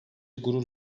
gurur